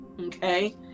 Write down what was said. Okay